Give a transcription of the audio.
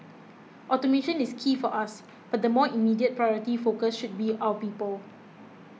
automation is key for us but the more immediate priority focus should be our people